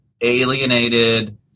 alienated